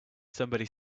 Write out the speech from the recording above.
somebody